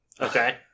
Okay